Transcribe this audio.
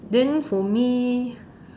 then for me